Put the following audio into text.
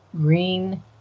green